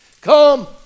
Come